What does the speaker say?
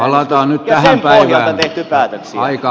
ja sen pohjalta tehty päätöksiä